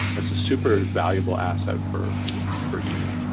that's a super valuable asset for for you.